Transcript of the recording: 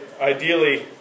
ideally